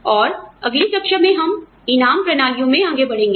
और अगली कक्षा में हम इनाम प्रणालियों में आगे बढ़ेंगे